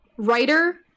writer